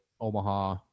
Omaha